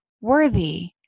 worthy